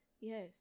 Yes